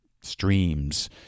streams